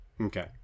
Okay